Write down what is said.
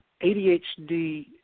ADHD